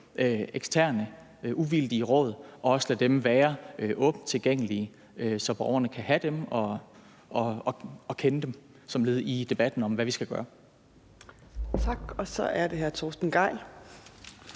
ekstern, uvildig rådgivning og også lade den være åbent tilgængelig, så borgerne kan have kendskab til den som et led i debatten om, hvad vi skal gøre. Kl. 14:44 Fjerde næstformand